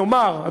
נאמר,